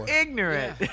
ignorant